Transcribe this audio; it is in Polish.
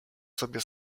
sobie